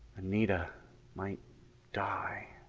anita might die.